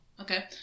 Okay